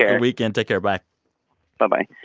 ah weekend. take care. bye bye-bye